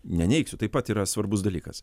neneigsiu taip pat yra svarbus dalykas